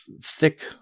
thick